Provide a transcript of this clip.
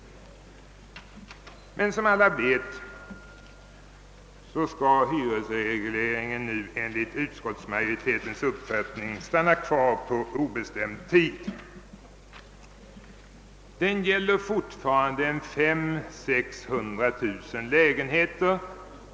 Som alla vet skall hyresregleringen nu enligt utskottsmajoritetens uppfattning stanna kvar på obestämd tid. Den gäller fortfarande 500 000—600 000 lägenheter.